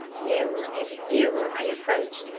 nearer and nearer i approached,